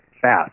fast